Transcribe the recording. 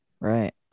Right